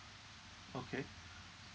okay